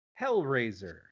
Hellraiser